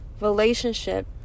relationship